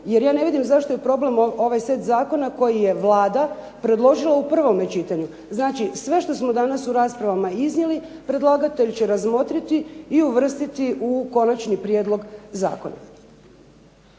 jer ja ne vidim zašto je problem ovaj set zakona koji je Vlada predložila u prvome čitanju. Znači, sve što smo danas u raspravama iznijeli predlagatelj će razmotriti i uvrstiti u konačni prijedlog zakona.